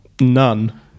None